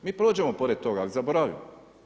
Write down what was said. Mi prođemo pored toga ali zaboravimo.